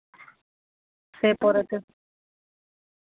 ᱥᱮᱭ ᱯᱚᱨᱮᱛᱮ